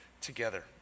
together